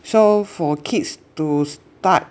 so for kids to start